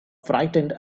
frightened